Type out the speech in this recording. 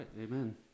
Amen